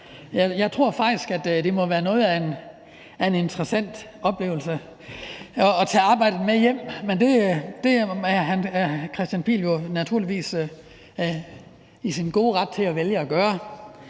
Jeg tror faktisk, at det må være noget af en interessant oplevelse at tage arbejdet med hjem her, og det er hr. Kristian Pihl Lorentzen naturligvis i sin gode ret til at vælge at gøre.